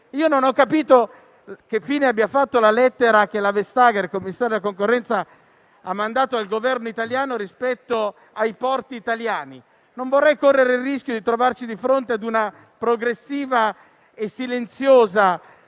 Non ho capito che fine abbia fatto la lettera che la Vestager, commissario europeo alla concorrenza, ha inviato al nostro Governo rispetto ai porti italiani. Non vorrei che corressimo il rischio di trovarci di fronte ad una progressiva e silenziosa